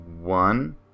one